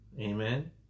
Amen